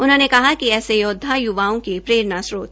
उन्होंने कहा कि ऐसे योद्वा युवाओं के प्रेरणा स्त्रोत हैं